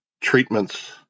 treatments